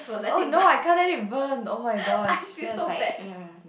oh no I can't let it burn oh-my-gosh that's like ya